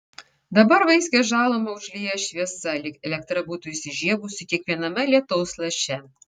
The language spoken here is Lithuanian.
dabar vaiskią žalumą užlieja šviesa lyg elektra būtų įsižiebusi kiekviename lietaus laše